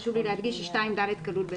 חשוב לי להדגיש ש-2(ד) כלול בזה.